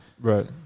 Right